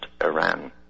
Iran